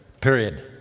Period